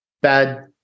bad